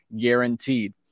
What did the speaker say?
guaranteed